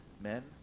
Men